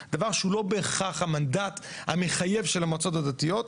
דבר שהוא לא בהכרח המנדט המחייב של המועצות הדתיות.